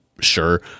sure